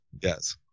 Yes